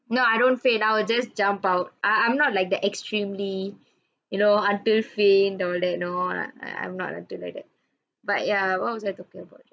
no I don't faint I'll just jump out uh I'm not like the extremely you know until faint all that no like I I am not until like that but ya what was I talking about